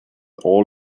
all